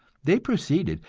they proceeded,